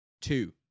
Two